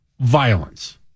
violence